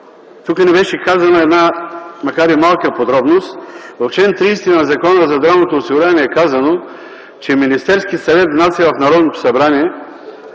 тук не беше казана една, макар и малка подробност – в чл. 30 на Закона за здравното осигуряване е казано, че Министерският съвет внася в Народното събрание